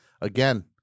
again